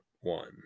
one